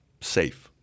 safe